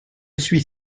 suis